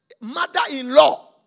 mother-in-law